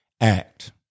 act